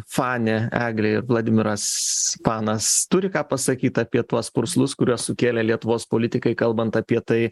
fanė eglė ir vladimiras fanas turi ką pasakyt apie tuos purslus kuriuos sukėlė lietuvos politikai kalbant apie tai